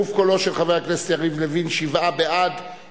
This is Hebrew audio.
צער בעלי-חיים (הגנה על בעלי-חיים)